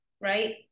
right